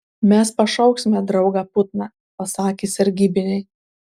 mes pašauksime draugą putną pasakė sargybiniai